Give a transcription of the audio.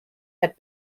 had